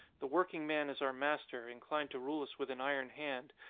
the working man is our master, inclined to rule us with an iron hand,